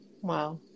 Wow